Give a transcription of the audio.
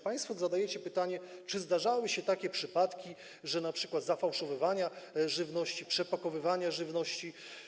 Państwo zadajecie pytanie, czy zdarzały się przypadki np. zafałszowywania żywności, przepakowywania żywności.